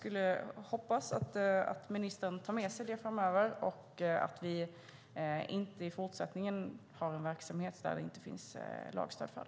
Jag hoppas att ministern tar med sig detta och att vi i fortsättningen inte kommer att ha en verksamhet som saknar lagstöd.